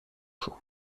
chaud